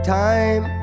time